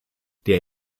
der